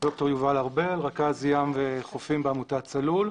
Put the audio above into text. ד"ר יובל ארבל, רכז ים וחופים בעמותת "צלול".